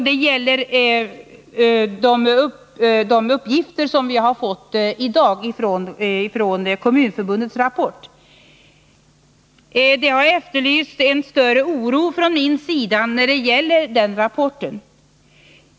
Det gäller de uppgifter som i dag har lämnats från Kommunförbundets rapport. Man har efterlyst en större oro från min sida när det gäller den rapporten.